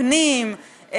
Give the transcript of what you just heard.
פנים,